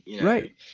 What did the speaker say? right